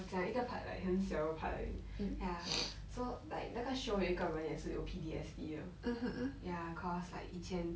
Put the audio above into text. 我讲一个 part like 很小 part 而已 ya so like 那个 show 有一个人也是有 P_T_S_D 的 ya cause like 以前